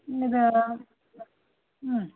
ಹ್ಞೂ